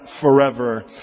forever